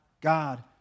God